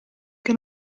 che